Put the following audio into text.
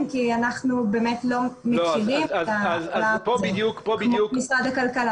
כי אנחנו לא מכירים אותם כמו משרד הכלכלה.